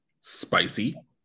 spicy